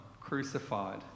crucified